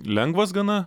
lengvas gana